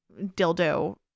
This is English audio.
dildo